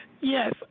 Yes